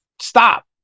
stop